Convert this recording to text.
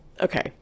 okay